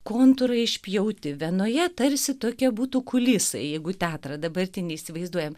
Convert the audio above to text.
kontūrai išpjauti vienoje tarsi tokia būtų kulisai jeigu teatrą dabartinį įsivaizduojam